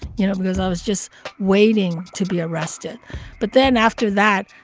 you know, because i was just waiting to be arrested but then after that,